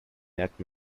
merkt